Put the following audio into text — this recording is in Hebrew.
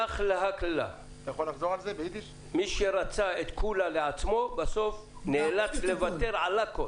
"מי שרצה את כולה לעצמו בסוף נאלץ לוותר על הכול".